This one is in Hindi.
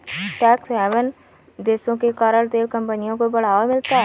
टैक्स हैवन देशों के कारण तेल कंपनियों को बढ़ावा मिलता है